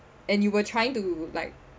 and you were trying to like